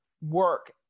work